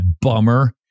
bummer